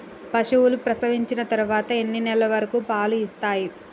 పశువులు ప్రసవించిన తర్వాత ఎన్ని నెలల వరకు పాలు ఇస్తాయి?